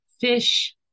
fish